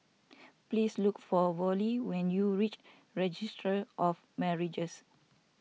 please look for Vollie when you reach Registry of Marriages